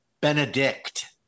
Benedict